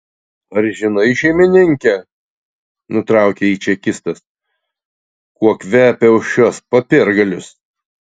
ar žinai šeimininke nutraukė jį čekistas kuo kvepia už šiuos popiergalius